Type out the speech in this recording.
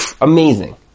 amazing